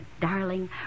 darling